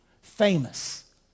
famous